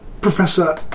Professor